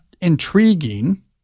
intriguing